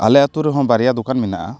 ᱟᱞᱮ ᱟᱹᱛᱩ ᱨᱮᱦᱚᱸ ᱵᱟᱨᱭᱟ ᱫᱚᱠᱟᱱ ᱢᱮᱱᱟᱜᱼᱟ